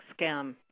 scam